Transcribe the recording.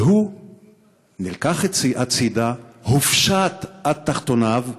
והוא נלקח הצדה, הופשט עד תחתוניו,